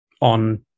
on